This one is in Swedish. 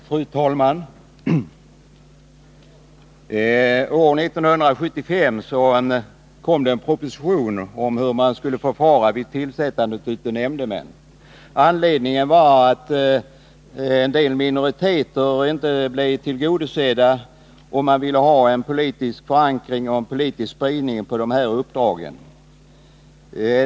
Fru talman! År 1975 kom det en proposition med förslag till hur man skulle förfara vid tillsättandet av nämndemän. Anledningen var att en del minoriteter inte hade blivit tillgodosedda i sådana sammanhang och att man ville ha en politisk spridning av dessa uppdrag.